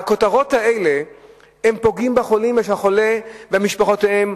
הכותרות האלה פוגעות בחולים ובבני משפחותיהם.